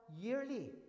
yearly